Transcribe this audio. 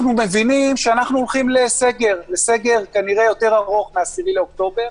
מבינים שאנחנו הולכים לסגר שיימשך מעבר ל-10 באוקטובר,